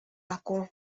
aku